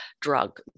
drug